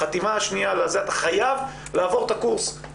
אתה חייב לעבור את הקורס.